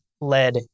led